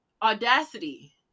audacity